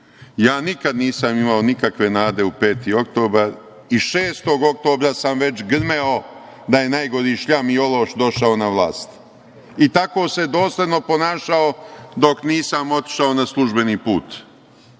nikada nisam imao nikakve nade u 5. oktobar i 6. oktobra sam već grmeo da je najgori šljam i ološ došao na vlast i tako se dosledno ponašao dok nisam otišao na službeni put.